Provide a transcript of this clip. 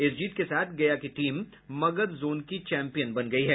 इस जीत के साथ गया की टीम मगध जोन की चैंपियन बन गयी है